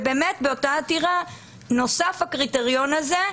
באותה עתירה נוסף הקריטריון הזה,